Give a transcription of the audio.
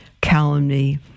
calumny